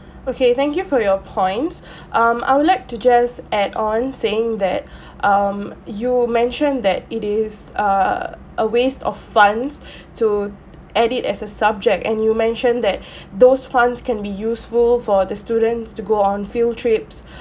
okay thank you for your points um I would like to just add on saying that um you mentioned that it is err a waste of funds to add it as a subject and you mentioned that those funds can be useful for the students to go on field trips